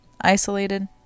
isolated